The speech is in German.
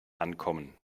ankommen